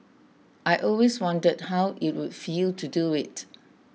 I always wondered how it would feel to do it